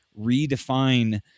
redefine